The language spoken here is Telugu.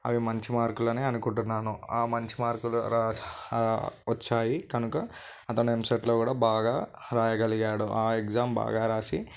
అవి మంచి మార్కులని అనుకుంటున్నాను ఆ మంచి మార్కులు రా వచ్చాయి కనుక అతని ఎంసెట్లో కూడా బాగా రాయగలిగాడు ఆ ఎగ్జామ్ బాగా రాసి